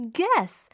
guess